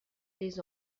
les